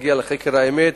להגיע לחקר האמת,